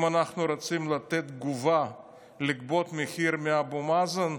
אם אנחנו רוצים לתת תגובה ולגבות מחיר מאבו מאזן,